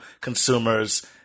consumers